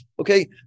okay